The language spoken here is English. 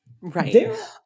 Right